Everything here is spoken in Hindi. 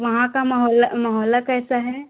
वहाँ का मोहल्ला मोहल्ला कैसा है